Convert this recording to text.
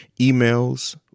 emails